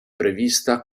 prevista